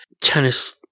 tennis